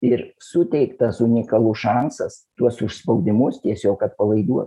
ir suteiktas unikalus šansas tuos užspaudimus tiesiog atpalaiduot